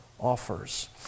offers